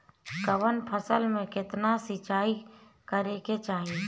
कवन फसल में केतना सिंचाई करेके चाही?